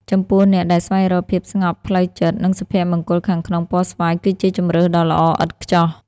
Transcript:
ចំពោះអ្នកដែលស្វែងរកភាពស្ងប់ផ្លូវចិត្ត និងសុភមង្គលខាងក្នុងពណ៌ស្វាយគឺជាជម្រើសដ៏ល្អឥតខ្ចោះ។